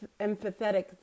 empathetic